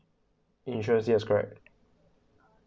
insurance yes correct